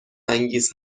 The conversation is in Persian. انگیز